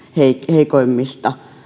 heikoimmista